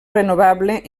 renovable